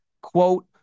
quote